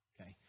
okay